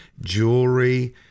jewelry